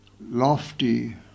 lofty